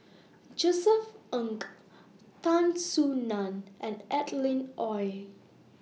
Josef Ng Tan Soo NAN and Adeline Ooi